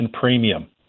premium